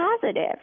positive